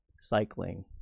cycling